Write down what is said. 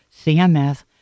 CMS